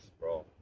bro